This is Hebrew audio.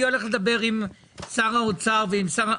אני הולך לדבר עם שר האוצר ועם שר החינוך.